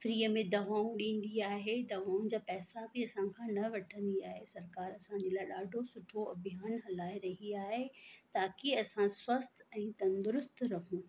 free में दवाऊं ॾींदी आहे दवाउनि जा पैसा बि असांखा न वठंदी आहे सरकार असांजे लाइ ॾाढो सुठो अभियान हलाए रही आहे ताकि असां स्वस्थ ऐं तंदरुस्त रहूं